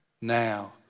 now